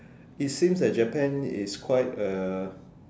it seems that Japan is quite a